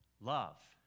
Love